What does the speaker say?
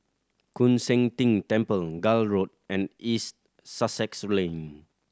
Koon Seng Ting Temple Gul Road and East Sussex Lane